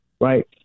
right